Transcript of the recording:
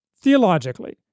theologically